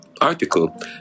article